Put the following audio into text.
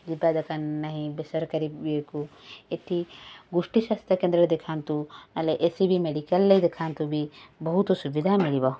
ଯିବା ଦରକାର ନାହିଁ ବେସରକାରୀ ଇଏକୁ ଏଇଠି ଗୋଷ୍ଠୀ ସ୍ୱାସ୍ଥ୍ୟକେନ୍ଦ୍ରରେ ଦେଖାନ୍ତୁ ନହେଲେ ଏ ସି ବି ମେଡ଼ିକାଲରେ ଦେଖାନ୍ତୁ ବି ବହୁତ ସୁବିଧା ମିଳିବ